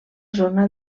zona